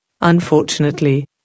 unfortunately